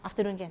afternoon again